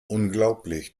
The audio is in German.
unglaublich